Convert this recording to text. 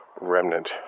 remnant